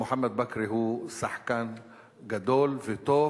שכתב ב"הארץ" היום שמוחמד בכרי הוא שחקן גדול וטוב,